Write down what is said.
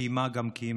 קיימה גם קיימה.